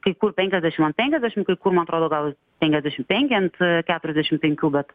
kai kur penkiasdešim ant penkiasdešim kai kur man atrodo gal penkiasdešim penki ant keturiasdešim penkių bet